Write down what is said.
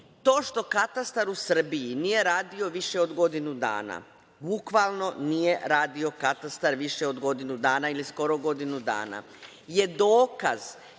što Katastar u Srbiji i nije radio više od godinu dana, bukvalno nije radio Katastar više od godinu dana ili skoro godinu dana je jedan